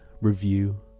review